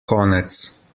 konec